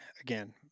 again